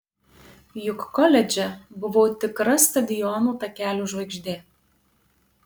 juk koledže buvau tikra stadiono takelių žvaigždė